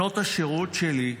שנות השירות שלי,